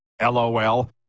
LOL